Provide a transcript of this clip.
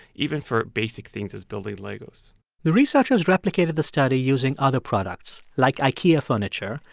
even for basic things as building legos the researchers replicated the study using other products, like ikea furniture,